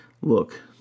look